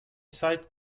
sight